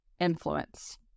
influence